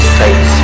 face